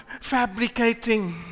fabricating